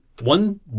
One